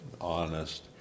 honest